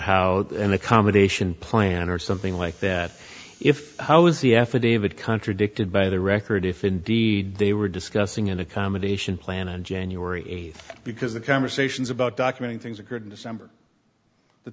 how an accommodation plan or something like that if how is the affidavit contradicted by the record if indeed they were discussing an accommodation plan and january eighth because the conversations about documenting things occurred in december th